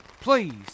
please